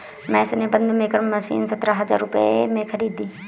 महेश ने bund maker machine सतरह हजार रुपए में खरीदी